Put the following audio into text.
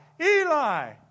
Eli